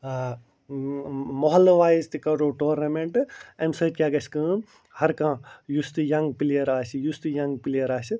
ٲں محلہٕ وایز تہِ کَڑو ٹورنامیٚنٛٹہٕ اَمہِ سۭتۍ کیٛاہ گَژھہِ کٲم ہر کانٛہہ یُس تہِ ینٛگ پلیر آسہِ یُس تہِ ینٛگ پلیر آسہِ